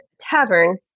Tavern